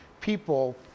people